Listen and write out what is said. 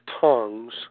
tongues